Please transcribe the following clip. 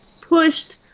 pushed